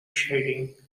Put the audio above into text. shading